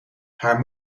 haar